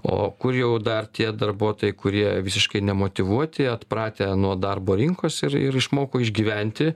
o kur jau dar tie darbuotojai kurie visiškai nemotyvuoti atpratę nuo darbo rinkos ir ir išmoko išgyventi